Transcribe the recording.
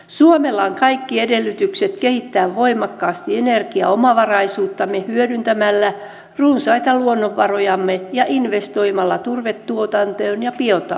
suomella on kaikki edellytykset kehittää voimakkaasti energiaomavaraisuuttamme hyödyntämällä runsaita luonnonvarojamme ja investoimalla turvetuotantoon ja biotalouteen